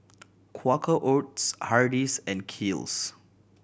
Quaker Oats Hardy's and Kiehl's